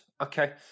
Okay